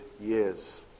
years